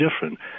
different